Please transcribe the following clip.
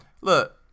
Look